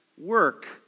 work